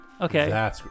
Okay